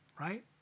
right